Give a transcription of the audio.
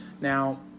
Now